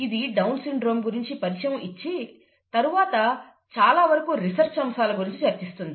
ఇది down syndrome గురించి పరిచయం ఇచ్చి తరువాత చాలా వరకు రీసెర్చ్ అంశాల గురించి చర్చిస్తుంది